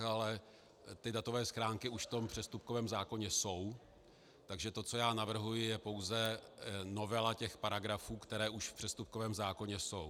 Ale datové schránky už v přestupkovém zákoně jsou, takže to, co navrhuji, je pouze novela paragrafů, které už v přestupkovém zákoně jsou.